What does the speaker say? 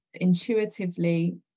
intuitively